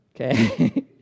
Okay